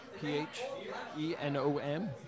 P-H-E-N-O-M